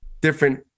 different